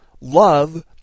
love